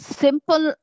simple